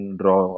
draw